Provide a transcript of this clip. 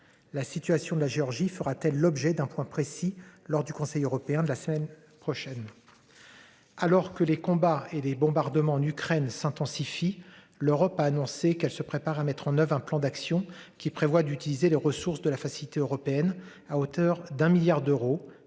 La situation de la Géorgie fera-t-elle l'objet d'un point précis lors du Conseil européen de la semaine prochaine.